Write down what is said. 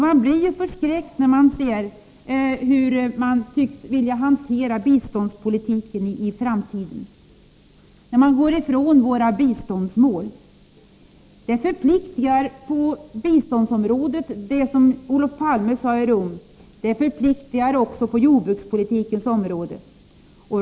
Vi blir ju förskräckta när vi ser hur man i framtiden tycks vilja hantera biståndspolitiken: man går ifrån våra biståndsmål. Vad Olof Palme sade i Rom förpliktar när det gäller biståndsområdet liksom också beträffande jordbrukspolitikens område.